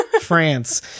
France